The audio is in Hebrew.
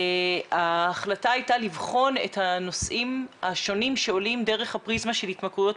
ההחלטה הייתה לבחון את הנושאים השונים שעולים דרך הפריזמה של התמכרויות,